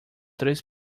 três